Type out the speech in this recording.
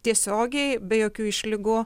tiesiogiai be jokių išlygų